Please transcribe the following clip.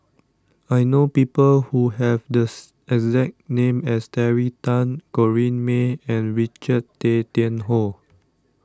I know people who have the exact name as Terry Tan Corrinne May and Richard Tay Tian Hoe